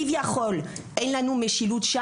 בהם כביכול אין לנו משילות,